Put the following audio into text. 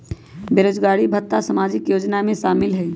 बेरोजगारी भत्ता सामाजिक योजना में शामिल ह ई?